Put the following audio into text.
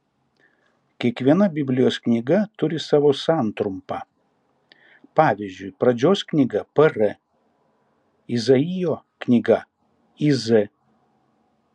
kiekviena biblijos knyga turi savo santrumpą pavyzdžiui pradžios knyga pr izaijo knyga iz